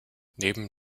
neben